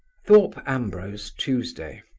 thorpe ambrose, tuesday.